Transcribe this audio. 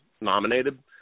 nominated